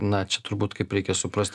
na čia turbūt kaip reikia suprast